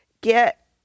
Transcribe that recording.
Get